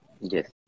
Yes